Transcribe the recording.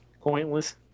Pointless